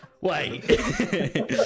Wait